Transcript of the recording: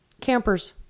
Campers